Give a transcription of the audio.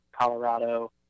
Colorado